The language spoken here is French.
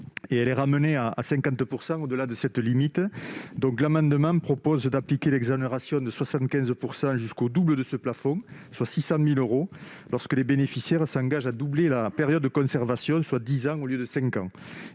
elle est ramenée à 50 % au-delà de cette limite. Je propose d'appliquer l'exonération de 75 % jusqu'au double de ce plafond, soit 600 000 euros, lorsque les bénéficiaires s'engagent à doubler la période de conservation, soit dix ans au lieu de cinq ans.